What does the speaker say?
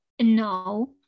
no